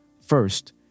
First